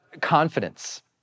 confidence